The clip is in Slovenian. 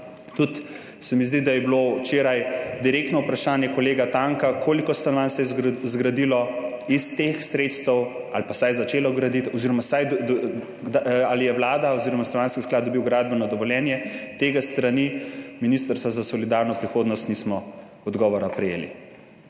Zdi se mi tudi, da je bilo včeraj direktno vprašanje kolega Tanka, koliko stanovanj se je zgradilo iz teh sredstev ali pa vsaj začelo graditi oziroma ali je Vlada oziroma Stanovanjski sklad dobil gradbeno dovoljenje, odgovora s strani Ministrstva za solidarno prihodnost nismo prejeli.